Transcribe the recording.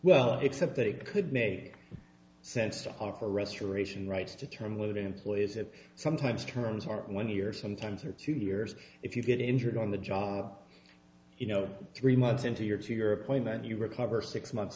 well except that it could make sense to offer restoration rights to term living employees and sometimes terms are twenty years sometimes or two years if you get injured on the job you know three months into your to your appointment you recover six months